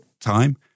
time